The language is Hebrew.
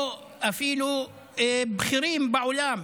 או אפילו בכירים בעולם,